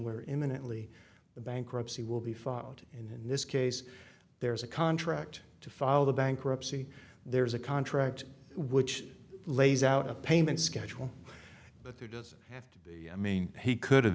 where imminently the bankruptcy will be filed in this case there's a contract to file the bankruptcy there's a contract which lays out a payment schedule but there does have to be i mean he could have